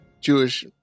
Jewish